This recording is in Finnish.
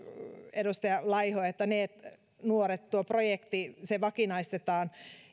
että neet nuoria koskeva projekti vakinaistetaan